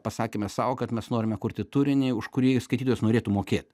pasakėme sau kad mes norime kurti turinį už kurį skaitytojas norėtų mokėt